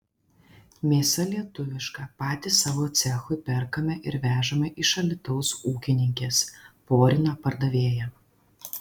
mėsa lietuviška patys savo cechui perkame ir vežame iš alytaus ūkininkės porina pardavėja